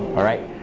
alright?